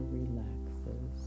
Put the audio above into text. relaxes